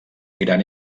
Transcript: gran